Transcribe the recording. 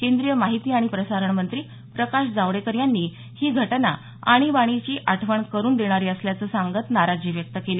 केंद्रीय माहिती आणि प्रसारण मंत्री प्रकाश जावडेकर यांनी ही घटना आणिबाणीची आठवण करून देणारी असल्याचं सांगत नाराजी व्यक्त केली